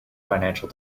financial